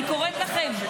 אני קוראת לכם,